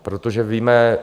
Protože víme...